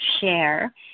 share